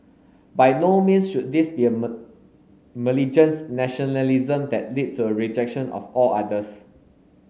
by no means should this be a malignant nationalism that lead a rejection of all others